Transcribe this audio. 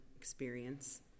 experience